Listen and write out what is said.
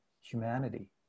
humanity